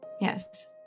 Yes